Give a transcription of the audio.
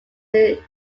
used